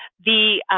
the